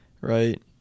right